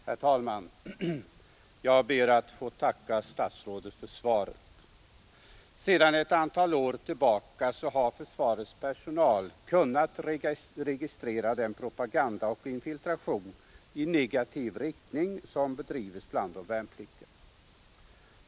Herr talman! Jag ber att få tacka statsrådet för svaret. Sedan ett antal år tillbaka har försvarets personal kunnat registrera den propaganda och infiltration i negativ riktning som bedrives bland de värnpliktiga.